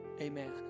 Amen